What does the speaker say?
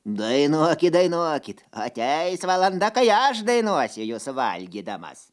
dainuokit dainuokit ateis valanda kai aš dainuosiu jus valgydamas